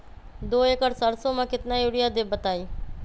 दो एकड़ सरसो म केतना यूरिया देब बताई?